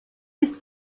ist